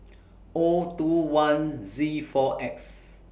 O two one Z four X